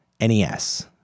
NES